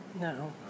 No